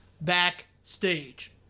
backstage